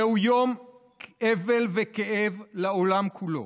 זהו יום אבל וכאב לעולם כולו